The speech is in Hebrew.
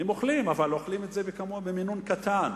הם אוכלים, אבל אוכלים את זה במינון קטן.